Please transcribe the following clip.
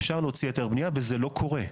אפשר להוציא היתר בנייה וזה לא קורה.